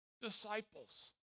disciples